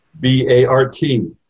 B-A-R-T